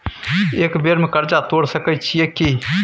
एक बेर में कर्जा तोर सके छियै की?